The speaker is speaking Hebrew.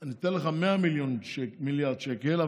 אני אתן לך 100 מיליארד שקל,